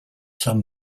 some